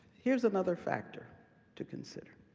here's another factor to consider.